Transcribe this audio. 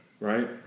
right